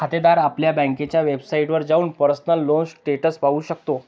खातेदार आपल्या बँकेच्या वेबसाइटवर जाऊन पर्सनल लोन स्टेटस पाहू शकतो